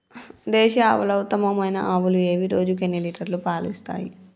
దేశీయ ఆవుల ఉత్తమమైన ఆవులు ఏవి? రోజుకు ఎన్ని లీటర్ల పాలు ఇస్తాయి?